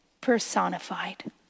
personified